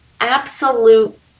absolute